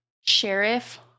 Sheriff